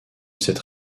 cette